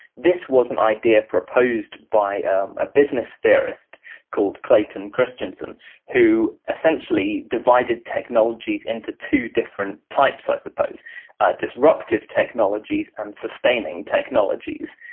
this was an idea proposed by a business theorist called clayton christensen who essentially divided technologies into two different types i suppose disruptive technologies and sustaining technologies.